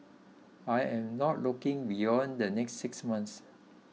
I am not looking beyond the next six months